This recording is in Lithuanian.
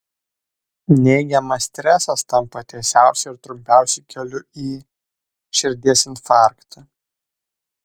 neigiamas stresas tampa tiesiausiu ir trumpiausiu keliu į širdies infarktą